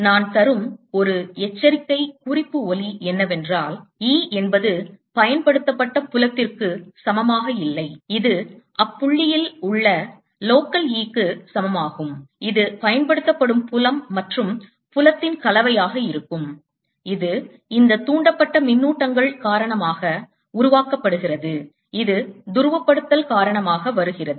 நான் தரும் ஒரு எச்சரிக்கை குறிப்பு ஒலி என்னவென்றால் E என்பது பயன்படுத்தப்பட்ட புலத்திற்கு சமமாக இல்லை இது அப்புள்ளியில் உள்ள local E க்கு சமமாகும் இது பயன்படுத்தப்படும் புலம் மற்றும் புலத்தின் கலவையாக இருக்கும் இது இந்த தூண்டப்பட்ட மின்னூட்டங்கள் காரணமாக உருவாக்கப்படுகிறது இது துருவப்படுத்தல் காரணமாக வருகிறது